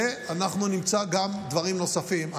ואנחנו נמצא גם דברים נוספים.